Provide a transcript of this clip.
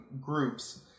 groups